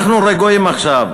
אנחנו רגועים עכשיו.